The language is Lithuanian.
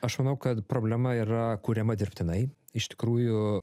aš manau kad problema yra kuriama dirbtinai iš tikrųjų